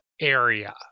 area